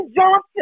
Johnson